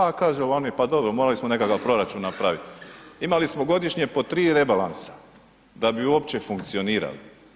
A kažu oni: „Pa dobro, morali smo nekakav proračun napraviti.“ Imali smo godišnje po tri rebalansa da bi uopće funkcionirali.